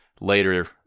later